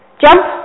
jump